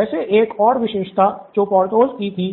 वैसे एक और विशेषता जो पर्थोस की थी